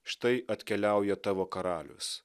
štai atkeliauja tavo karalius